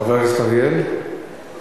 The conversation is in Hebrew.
חבר הכנסת אורי אריאל,